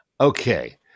Okay